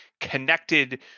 connected